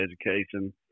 education